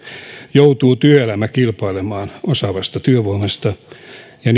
joutuu työelämä kilpailemaan osaavasta työvoimasta ja